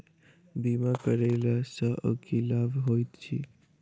बीमा करैला सअ की लाभ होइत छी?